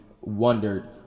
wondered